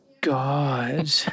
God